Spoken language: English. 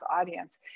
audience